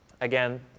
Again